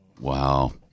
Wow